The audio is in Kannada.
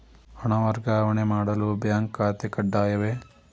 ಹಣ ವರ್ಗಾವಣೆ ಮಾಡಲು ಬ್ಯಾಂಕ್ ಖಾತೆ ಕಡ್ಡಾಯವೇ?